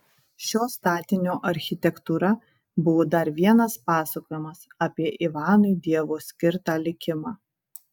šio statinio architektūra buvo dar vienas pasakojimas apie ivanui dievo skirtą likimą